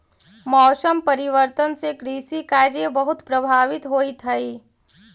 मौसम परिवर्तन से कृषि कार्य बहुत प्रभावित होइत हई